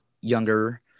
younger